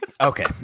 Okay